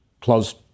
close